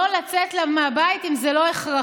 לא לצאת מהבית אם זה לא הכרחי,